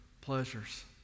pleasures